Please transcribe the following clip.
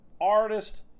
artist